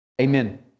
Amen